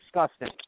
disgusting